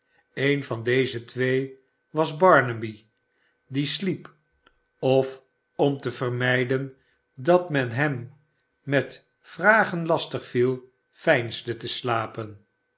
een van deze twee was barnaby die sliep of om te vermijden dat men hem met vragen lastig viel veinsde te slapen